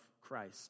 Christ